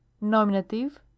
Nominative